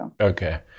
Okay